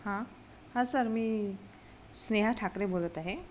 हां हा सर मी स्नेहा ठाकरे बोलत आहे